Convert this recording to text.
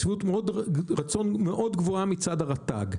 שביעות רצון גבוהה מאוד מצד רשות הטבע והגנים.